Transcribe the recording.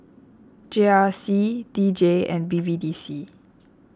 G R C D J and B B D C